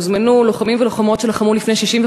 הוזמנו לוחמים ולוחמות שלחמו לפני 65